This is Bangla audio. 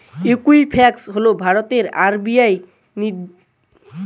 ঈকুইফ্যাক্স হল ভারতের আর.বি.আই নিবন্ধিত ক্রেডিট ব্যুরোগুলির মধ্যে একটি